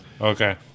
Okay